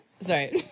sorry